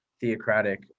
theocratic